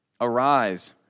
Arise